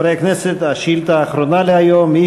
חברי הכנסת, השאילתה האחרונה היום היא